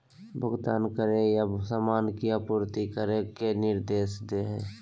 भुगतान करे या सामान की आपूर्ति करने के निर्देश दे हइ